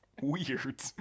weird